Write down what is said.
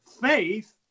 faith